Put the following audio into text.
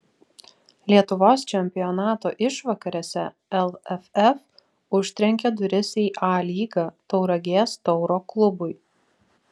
lietuvos čempionato išvakarėse lff užtrenkė duris į a lygą tauragės tauro klubui